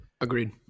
Agreed